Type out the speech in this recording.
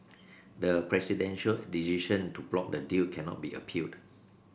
the presidential decision to block the deal cannot be appealed